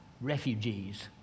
refugees